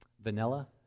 vanilla